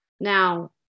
Now